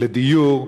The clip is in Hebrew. בדיור,